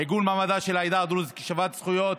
עיגון מעמדה של העדה הדרוזית כשוות זכויות.